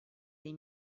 dei